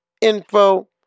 info